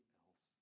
else